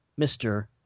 mr